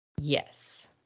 Yes